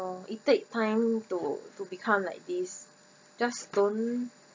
it take time to to become like this just don't